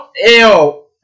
Ew